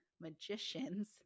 magicians